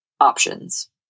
options